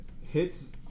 Hits